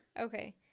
okay